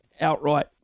outright